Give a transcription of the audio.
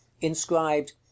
inscribed